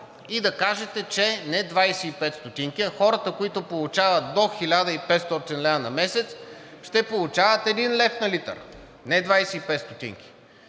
И да кажете, че не 25 стотинки, а хората, които получават до 1500 лв. на месец ще получават един лев на литър, не 25 стотинки,